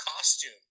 costume